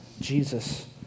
Jesus